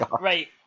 Right